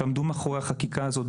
שעמדו מאחורי החקיקה הזאת.